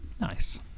Nice